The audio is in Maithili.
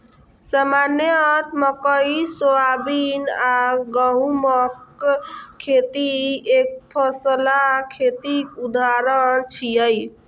सामान्यतः मकइ, सोयाबीन आ गहूमक खेती एकफसला खेतीक उदाहरण छियै